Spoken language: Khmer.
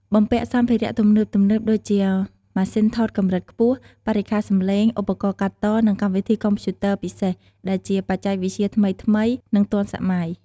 បំពាក់សម្ភារៈទំនើបៗដូចជា ម៉ាស៊ីនថតកម្រិតខ្ពស់ បរិក្ខារសំឡេង ឧបករណ៍កាត់ត និងកម្មវិធីកុំព្យូទ័រពិសេស ដែលជាបច្ចេកវិទ្យាថ្មីៗនិងទាន់សម័យ។